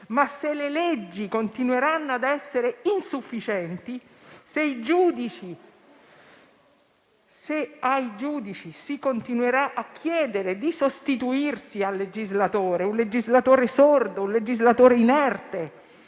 ma se le leggi continueranno ad essere insufficienti, se ai giudici si continuerà a chiedere di sostituirsi al legislatore, un legislatore sordo, un legislatore inerte,